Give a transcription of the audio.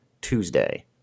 Tuesday